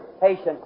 patient